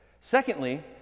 Secondly